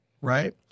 right